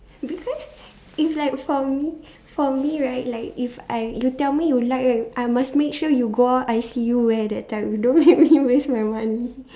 because it's like for me for me right like if I you tell me you like right I must make sure you go out I see you wear that type you don't make me waste my money